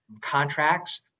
contracts